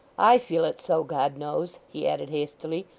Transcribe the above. i feel it so, god knows he added, hastily.